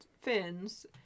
fins